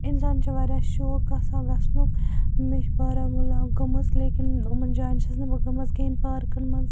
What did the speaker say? اِنسانَس چھُ واریاہ شوق آسان گژھنُک مےٚ چھُ بارہمولہ گٔمٕژ لیکن یِمن جاین چھیٚس نہٕ بہٕ گٔمٕژ کِہیٖنۍ پارکَن منٛز